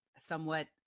somewhat